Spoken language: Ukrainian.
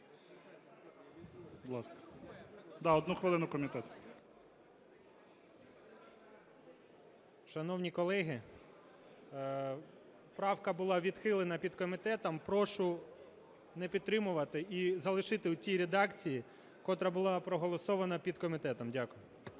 Шановні колеги, правка була відхилена підкомітетом. Прошу не підтримувати і залишити у тій редакції, котра була проголосована підкомітетом. Дякую.